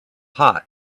hot